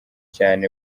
cyane